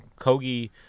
Kogi